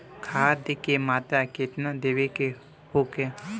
खाध के मात्रा केतना देवे के होखे?